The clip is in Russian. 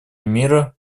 мира